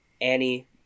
Annie